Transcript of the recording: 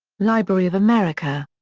library of america.